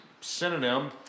synonym